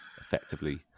effectively